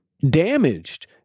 damaged